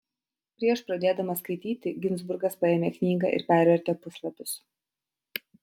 prieš pradėdamas skaityti ginzburgas paėmė knygą ir pervertė puslapius